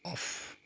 of